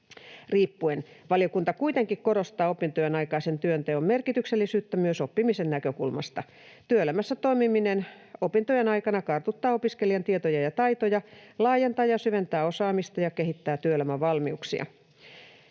riippuen. Valiokunta kuitenkin korostaa opintojen aikaisen työnteon merkityksellisyyttä myös oppimisen näkökulmasta. Työelämässä toimiminen opintojen aikana kartuttaa opiskelijan tietoja ja taitoja, laajentaa ja syventää osaamista ja kehittää työelämävalmiuksia.